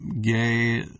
gay